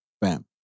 bam